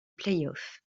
playoffs